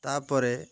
ତା'ପରେ